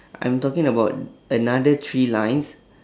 I'm talking about another three lines